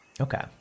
Okay